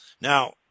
Now